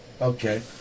Okay